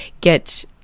get